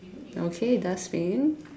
okay dustbin